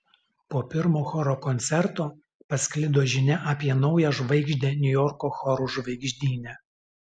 po pirmo choro koncerto pasklido žinia apie naują žvaigždę niujorko chorų žvaigždyne